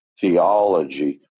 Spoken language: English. theology